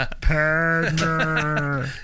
Padma